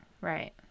right